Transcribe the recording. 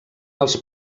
els